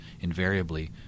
invariably